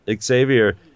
Xavier